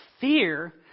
fear